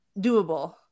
doable